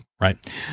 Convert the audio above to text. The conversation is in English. right